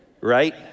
right